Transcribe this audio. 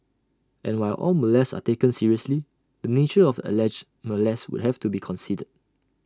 and while all molests are taken seriously the nature of the alleged molest would have to be considered